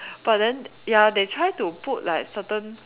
but then ya they try to put like certain